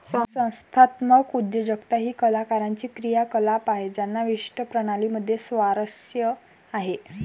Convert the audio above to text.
संस्थात्मक उद्योजकता ही कलाकारांची क्रियाकलाप आहे ज्यांना विशिष्ट प्रणाली मध्ये स्वारस्य आहे